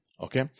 Okay